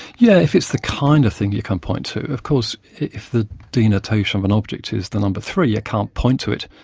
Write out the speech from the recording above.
yeah if it's the kind of thing you can point to. of course, if the denotation of an object is the number three you can't point to it,